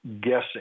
guessing